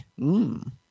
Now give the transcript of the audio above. Mmm